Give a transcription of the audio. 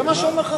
זה מה שאומר לך